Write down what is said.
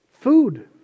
food